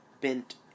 bent